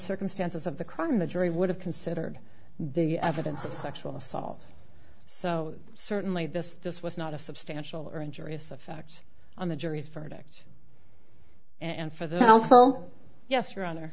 circumstances of the crime the jury would have considered the evidence of sexual assault so certainly this this was not a substantial or injurious effect on the jury's verdict and for the